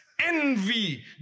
envy